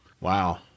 Wow